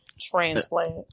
transplant